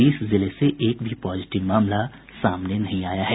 बीस जिले से एक भी पॉजिटिव मामला सामने नहीं आया है